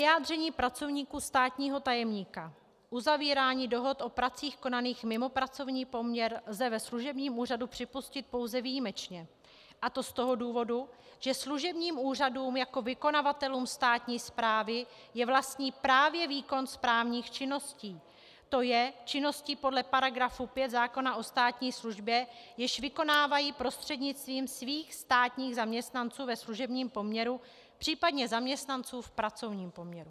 Dle vyjádření pracovníků státního tajemníka uzavírání dohod o pracích konaných mimo pracovní poměr lze ve služebním úřadu připustit pouze výjimečně, a to z toho důvodu, že služebním úřadům jako vykonavatelům státní správy je vlastní právě výkon správních činností, tj. činností podle § 5 zákona o státní službě, jež vykonávají prostřednictvím svých státních zaměstnanců ve služebním poměru, případně zaměstnanců v pracovním poměru.